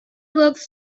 works